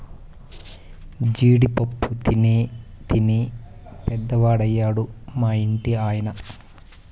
జీడి పప్పు తినీ తినీ పెద్దవాడయ్యాడు మా ఇంటి ఆయన